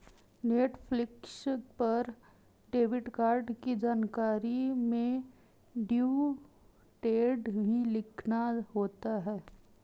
Netflix पर debit card की जानकारी में ड्यू डेट भी लिखना होता है